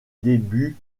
début